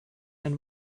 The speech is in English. and